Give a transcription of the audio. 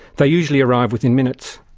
they usually arrive within minutes.